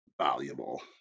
valuable